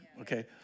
Okay